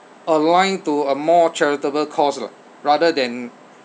aligned to a more charitable cause lah rather than